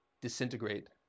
disintegrate